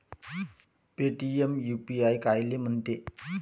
Paytm UPI कायले म्हनते?